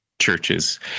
churches